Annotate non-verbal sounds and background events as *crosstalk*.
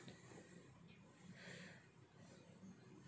*breath*